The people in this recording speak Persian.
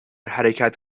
حرکت